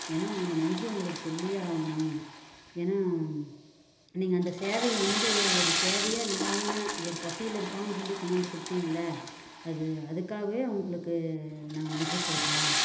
ஏன்னா அந்த நன்றியை உங்களுக்கு சொல்லியே ஆகணும் ஏன்னா நீங்கள் அந்த சேவையை வந்து ஒரு சேவையாக இல்லாமல் ஒரு பசியில் இருப்பாங்கன்னு சொல்லி கொண்டாந்து கொடுத்தீங்க இல்லை அது அதுக்காகவே உங்களுக்கு நாங்கள் நன்றி சொல்கிறோம்